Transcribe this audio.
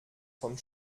vom